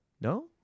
No